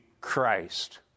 Christ